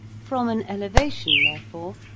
from an elevation, therefore,